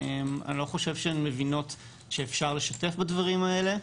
אני לא חושב שהן מבינות שאפשר לשתף בדברים האלה.